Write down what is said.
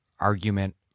argument